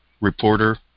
reporter